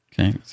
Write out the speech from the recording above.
Okay